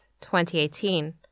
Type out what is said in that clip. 2018